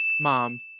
Mom